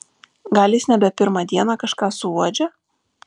gal jis nebe pirmą dieną kažką suuodžia